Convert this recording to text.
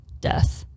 death